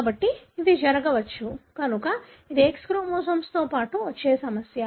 కాబట్టి ఇది జరగవచ్చు కనుక ఇది X క్రోమోజోమ్తో పాటు వచ్చే సమస్య